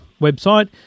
website